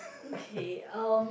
okay um